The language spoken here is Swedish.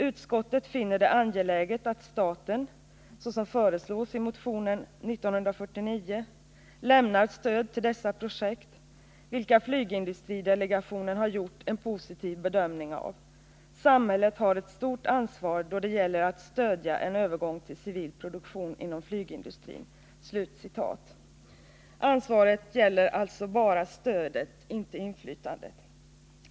Utskottet finner det angeläget att staten, såsom föreslås i motionen 1979/80:1949, lämnar stöd till dessa projekt, vilka flygindustridelegationen har gjort en positiv bedömning av. Samhället har ett stort ansvar då det gäller att stödja en övergång till civil produktion inom flygindustrin.” Ansvaret gäller alltså bara stödet, inte inflytandet.